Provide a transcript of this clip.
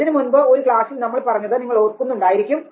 ഇതിനു മുൻപ് ഒരു ക്ളാസിൽ നമ്മൾ പറഞ്ഞത് നിങ്ങൾ ഓർക്കുന്നുണ്ടായിരിക്കും